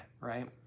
right